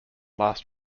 last